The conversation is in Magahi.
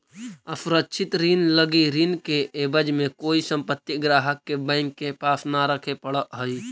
असुरक्षित ऋण लगी ऋण के एवज में कोई संपत्ति ग्राहक के बैंक के पास न रखे पड़ऽ हइ